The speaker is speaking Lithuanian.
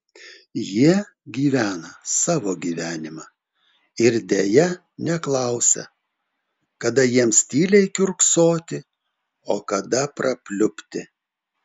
jie gyvena savo gyvenimą ir deja neklausia kada jiems tyliai kiurksoti o kada prapliupti